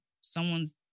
someone's